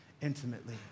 intimately